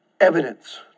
evidence